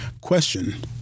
Question